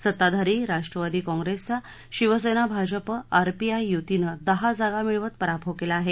सत्ताधारी राष्ट्रवादी काँप्रेसचा शिवसेना भाजपा आरपीआय युतीनं दहा जागा मिळवत पराभव केला आहे